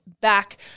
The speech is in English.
back